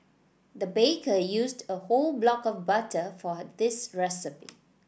the baker used a whole block of butter for this recipe